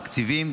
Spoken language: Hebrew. בתקציבים,